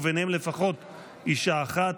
וביניהם לפחות אישה אחת.